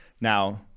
now